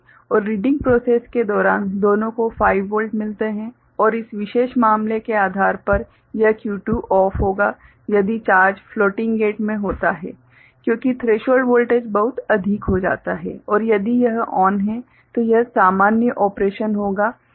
और reading process के दौरान दोनों को 5 वोल्ट मिलते हैं और इस विशेष मामले के आधार पर यह Q2 OFF होगा यदि चार्ज फ्लोटिंग गेट में होता है क्योंकि थ्रेशोल्ड वोल्टेज बहुत अधिक हो जाता है और यदि यह ON है तो यह सामान्य ऑपरेशन होगा